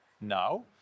now